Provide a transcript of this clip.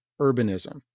urbanism